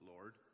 Lord